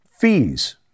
fees